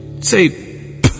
say